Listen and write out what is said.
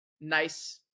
nice